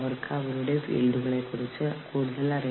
സംഘടന വളരെ വലുതാണ്